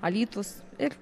alytus ir